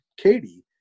Katie